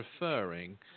referring